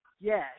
Yes